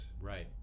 right